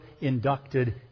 inducted